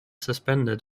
suspended